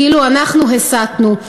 כאילו אנחנו הסתנו.